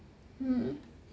mm